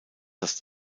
das